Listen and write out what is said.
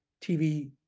TV